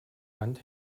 wand